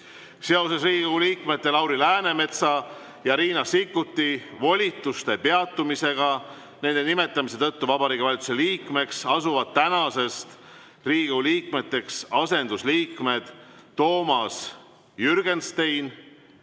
Seoses Riigikogu liikmete Lauri Läänemetsa ja Riina Sikkuti volituste peatumisega nende nimetamise tõttu Vabariigi Valitsuse liikmeks asuvad tänasest Riigikogu liikmeteks asendusliikmed Toomas Jürgenstein